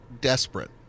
desperate